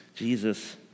Jesus